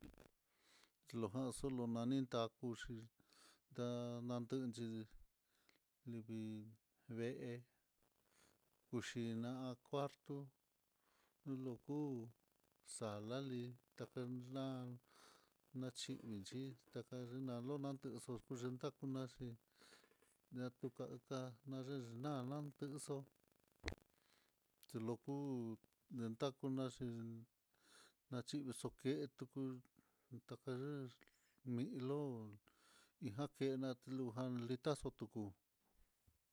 Ilojan solo nani, takuxhi ndanakenxi livii vee kuxhina cuarto, loku sala lí, takenan naxhini xhí, taken la nolatenxo, kuyentar naxi ñatukaka nayenan texo tiloku nentannaxi naxhi xoketu ku, take milo'o higa lujan likaxu tukú.